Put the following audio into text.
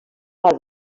part